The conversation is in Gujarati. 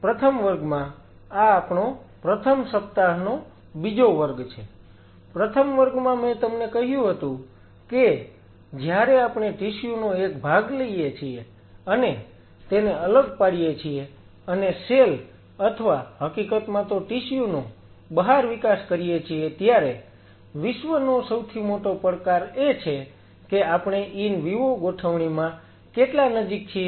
તેથી પ્રથમ વર્ગમાં આ આપણો પ્રથમ સપ્તાહનો બીજો વર્ગ છે પ્રથમ વર્ગમાં મેં તમને કહ્યું હતું કે જ્યારે આપણે ટિશ્યુ નો એક ભાગ લઈએ છીએ અને તેને અલગ પાડીએ છીએ અને સેલ અથવા હકીકતમાં તો ટિશ્યુ નો બહાર વિકાસ કરીએ છીએ ત્યારે વિશ્વનો સૌથી મોટો પડકાર એ છે કે આપણે ઈન વિવો ગોઠવણીમાં કેટલા નજીક છીએ